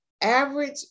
average